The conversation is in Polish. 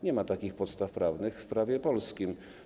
Nie ma takich podstaw prawnych w prawie polskim.